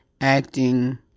acting